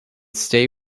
stay